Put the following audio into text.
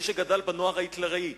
מי שגדל בנוער ההיטלראי,